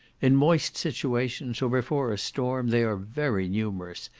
in moist situations, or before a storm, they are very numerous,